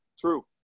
true